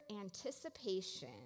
anticipation